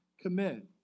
commit